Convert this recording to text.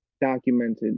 documented